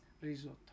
risotto